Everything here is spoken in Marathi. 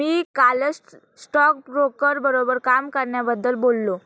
मी कालच स्टॉकब्रोकर बरोबर काम करण्याबद्दल बोललो